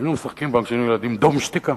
היינו משחקים פעם, כשהיינו ילדים, "דום שתיקה".